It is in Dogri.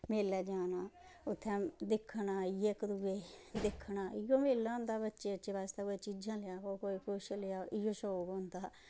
मेलै जाना उत्थैं दिक्खना इयै इक दुए दिक्खना उऐ मेला होंदा बच्चे बुच्चें आस्तै कोई चीजां लेआओ कोई कुछ लेआओ इयै शौंक होंदा हा